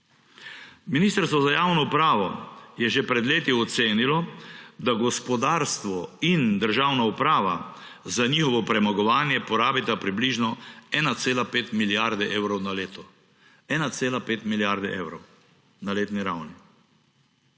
Ministrstvo za javno upravo je že pred leti ocenilo, da gospodarstvo in državna uprava za njihovo premagovanje porabita približno 1,5 milijarde evrov na leto. 1,5 milijarde evrov na letni ravni.